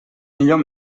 millor